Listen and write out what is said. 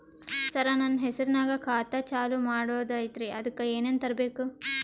ಸರ, ನನ್ನ ಹೆಸರ್ನಾಗ ಖಾತಾ ಚಾಲು ಮಾಡದೈತ್ರೀ ಅದಕ ಏನನ ತರಬೇಕ?